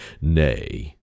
nay